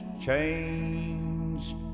changed